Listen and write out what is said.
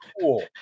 cool